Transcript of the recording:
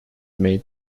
made